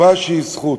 חובה שהיא זכות.